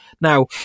now